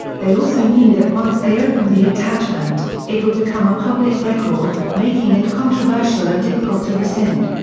they also knew that once they opened the attachment, it would become a public record, making it controversial and difficult to rescind.